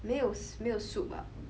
没有没有 soup ah